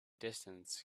distance